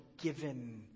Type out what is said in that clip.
given